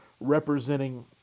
representing